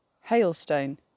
hailstone